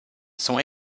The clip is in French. sont